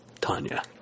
tanya